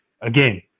again